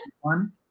one